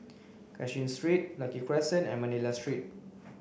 Cashin Street Lucky Crescent and Manila Street